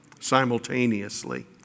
simultaneously